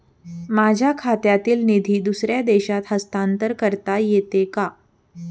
माझ्या खात्यातील निधी दुसऱ्या देशात हस्तांतर करता येते का?